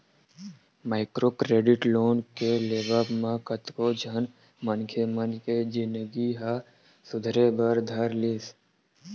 micro credit loan के लेवब म कतको झन मनखे मन के जिनगी ह सुधरे बर धर लिस